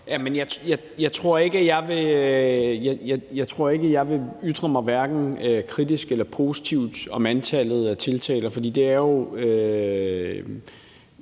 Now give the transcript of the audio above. Jeg tror ikke, at jeg vil ytre mig hverken kritisk eller positivt om antallet af tiltaler. For det er jo